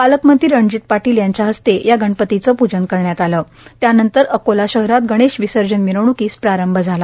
पालकमंत्री रणजीत पाटील यांच्या हस्ते गणपतीचे पूजन करण्यात आलं त्यानंतर अकोला शहरात गणेश विसर्जन मिरवण्कीस प्रारंभ झाला